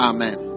Amen